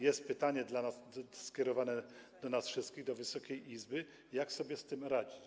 Jest pytanie skierowane do nas wszystkich, do Wysokiej Izby: Jak sobie z tym radzić?